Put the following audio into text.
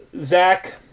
Zach